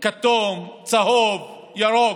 כתום, צהוב, ירוק,